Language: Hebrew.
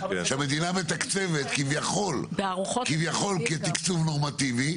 שהמדינה מתקצבת כביכול כתקצוב נורמטיבי,